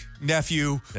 nephew